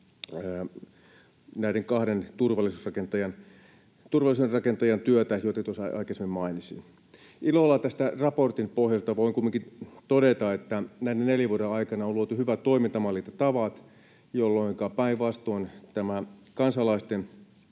näiden kahden turvallisuuden rakentajan työtä, jotka tuossa aikaisemmin mainitsin. Ilolla tästä raportin pohjalta voin kumminkin todeta, että näiden neljän vuoden aikana on luotu hyvät toimintamallit ja tavat, jolloinka päinvastoin kansalaisten